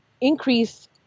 increase